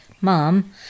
Mom